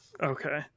Okay